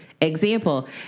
Example